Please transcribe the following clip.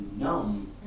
numb